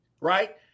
right